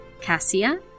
cassia